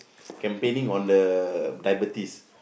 campaigning on the diabetes